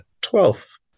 twelfth